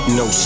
no